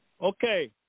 Okay